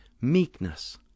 meekness